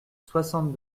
soixante